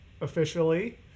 officially